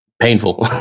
painful